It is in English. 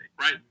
Right